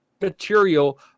material